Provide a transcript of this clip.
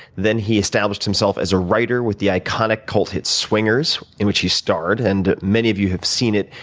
then he established himself as a writer with the iconic cult hit swingers, in which he starred, and many of you have seen it.